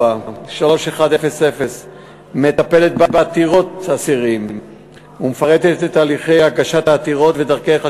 04.31.00 מטפלת בעתירות האסירים ומפרטת את הליכי הגשת העתירות ודרכיה,